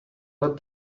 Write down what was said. let